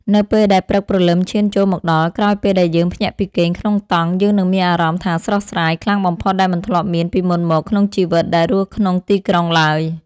នៅពេលដែលព្រឹកព្រលឹមឈានចូលមកដល់ក្រោយពេលដែលយើងភ្ញាក់ពីគេងក្នុងតង់យើងនឹងមានអារម្មណ៍ថាស្រស់ស្រាយខ្លាំងបំផុតដែលមិនធ្លាប់មានពីមុនមកក្នុងជីវិតដែលរស់ក្នុងទីក្រុងឡើយ។